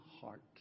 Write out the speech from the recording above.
heart